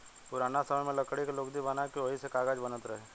पुरान समय में लकड़ी के लुगदी बना के ओही से कागज बनत रहे